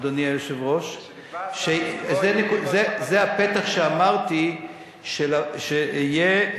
אדוני היושב-ראש, זה הפתח שאמרתי שיהיה.